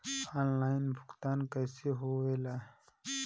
Online भुगतान कैसे होए ला?